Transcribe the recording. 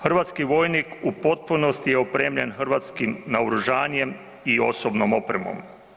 Hrvatski vojnik u potpunosti je opremljen hrvatskim naoružanjem i osobnom opremom.